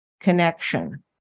connection